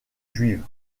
juive